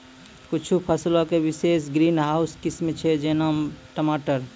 कुछु फसलो के विशेष ग्रीन हाउस किस्म छै, जेना टमाटर